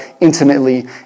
intimately